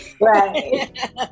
Right